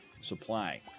supply